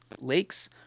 lakes